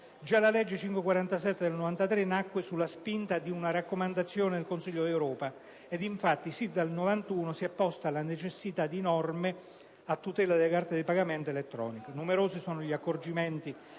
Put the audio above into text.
Già la legge n. 547 del 1993 nacque sulla spinta di una raccomandazione del Consiglio d'Europa ed infatti, sin dal 1991, si è posta la necessità di norme a tutela delle carte di pagamento elettroniche. Numerosi sono gli accorgimenti